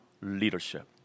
leadership